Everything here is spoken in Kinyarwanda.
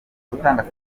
gutanga